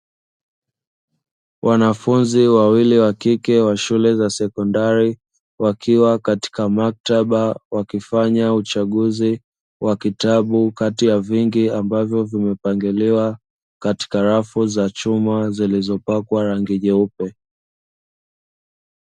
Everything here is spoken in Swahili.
Wanafunzi wawili wa kike wa shule za sekondari wakiwa katika maktaba wakifanya uchaguzi wa kitabu kati ya vingi ambavyo vimepangiliwa katika rafu za chuma zilizopakwa rangi nyeupe.